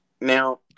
Now